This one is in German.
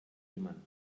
jemanden